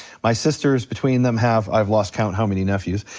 my sisters between them have, i've lost count how many nephews.